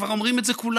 כבר אומרים את זה כולם,